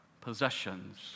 possessions